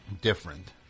different